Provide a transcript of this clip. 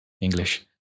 English